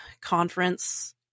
conference